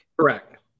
Correct